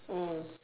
mm